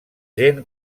gent